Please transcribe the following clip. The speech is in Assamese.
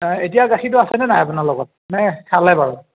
এতিয়া গাখীৰটো আছেনে নাই আপোনাৰ লগত নে খালে বাৰু